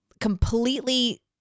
completely